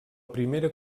primera